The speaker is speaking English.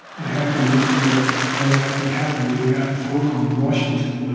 i have to admit to you that right after it happened, when i got the phone call in washington,